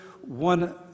one